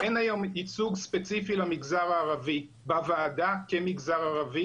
אין היום ייצוג ספציפי למגזר הערבי בוועדה כמגזר ערבי.